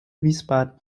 wiesbaden